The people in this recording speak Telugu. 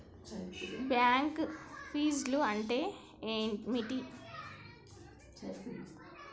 బ్యాంక్ ఫీజ్లు అంటే ఏమిటి?